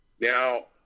Now